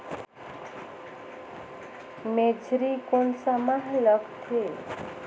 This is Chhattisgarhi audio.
मेझरी कोन सा माह मां लगथे